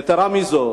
יתירה מזו,